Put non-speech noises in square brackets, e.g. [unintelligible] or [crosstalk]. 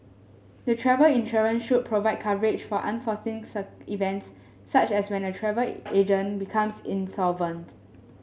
the travel insurance should provide coverage for unforeseen [unintelligible] events such as when a travel agent becomes insolvent